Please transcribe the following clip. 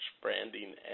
branding